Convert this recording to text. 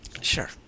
sure